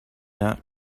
not